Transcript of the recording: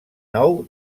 nou